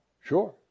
sure